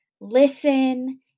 Listen